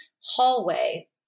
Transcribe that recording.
hallway